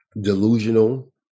delusional